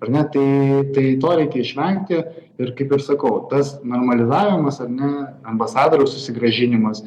ar ne tai tai to reikia išvengti ir kaip ir sakau tas normalizavimas ar ne ambasadoriaus susigrąžinimas